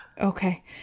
Okay